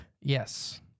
Yes